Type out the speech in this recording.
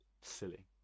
silly